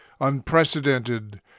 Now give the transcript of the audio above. unprecedented